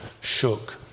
shook